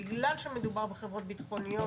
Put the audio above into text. בגלל שמדובר בחברות ביטחוניות,